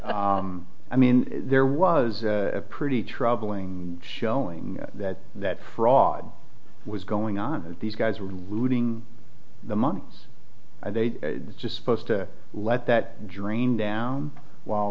five i mean there was a pretty troubling showing that that fraud was going on these guys were raiding the money and they just posed to let that dream down while